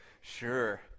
Sure